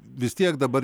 vis tiek dabar